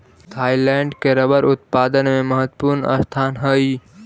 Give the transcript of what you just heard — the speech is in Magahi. थाइलैंड के रबर उत्पादन में महत्त्वपूर्ण स्थान हइ